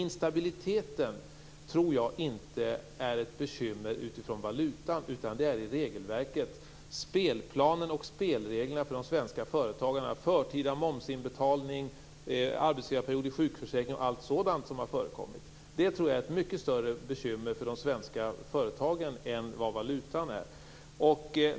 Jag tror inte att instabiliteten beror på valutan, utan den beror på regelverket, de svenska företagarnas spelregler med förtida momsinbetalning, arbetsgivarperiod i sjukförsäkringen och allt sådant som har förekommit. Jag tror att detta är ett mycket större bekymmer för de svenska företagen än valutan.